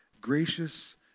gracious